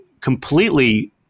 completely